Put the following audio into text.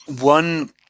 One